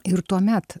ir tuomet